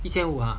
一千五啊